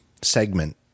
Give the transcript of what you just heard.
segment